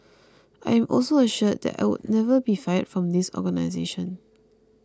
I am also assured that I would never be fired from this organisation